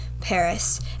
Paris